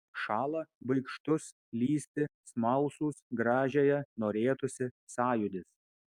šąlą baikštus lįsti smalsūs gražiąją norėtųsi sąjūdis